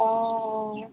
অঁ অঁ